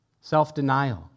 self-denial